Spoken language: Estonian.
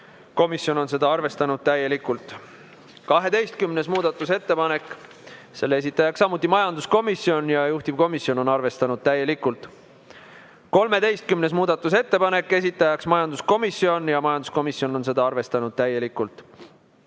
komisjon on seda arvestanud täielikult. 12. muudatusettepanek, selle esitaja on samuti majanduskomisjon ja juhtivkomisjon on arvestanud täielikult. 13. muudatusettepanek, esitaja on majanduskomisjon ja majanduskomisjon on seda arvestanud täielikult.